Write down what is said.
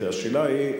השאלה היא,